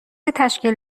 تشکیل